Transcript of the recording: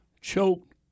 choked